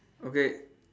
okay